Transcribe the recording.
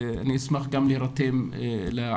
אני אשמח גם להירתם לעשייה.